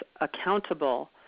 accountable